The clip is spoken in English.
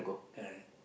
I